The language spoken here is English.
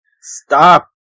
stop